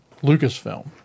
Lucasfilm